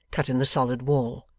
cut in the solid wall.